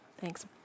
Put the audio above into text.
thanks